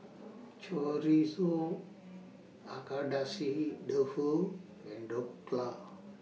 Chorizo Agedashi Dofu and Dhokla